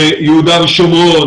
יהודה ושומרון,